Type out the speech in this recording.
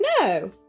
No